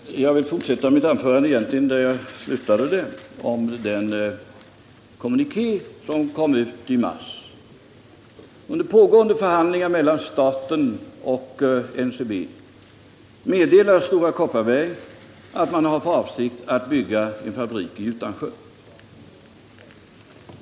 Herr talman! Jag fortsätter där jag slutade mitt förra anförande, då jag talade om den kommuniké som i mars utsändes från Stora Kopparberg. Under pågående förhandling mellan staten och NCB meddelade Stora Kopparberg att man hade för avsikt att bygga en fabrik i Utansjö.